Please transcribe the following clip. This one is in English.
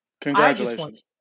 Congratulations